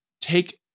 take